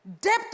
depth